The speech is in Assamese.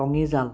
টঙী জাল